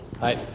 Hi